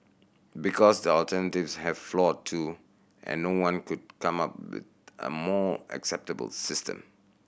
because the alternatives have flaw too and no one could come up with a more acceptable system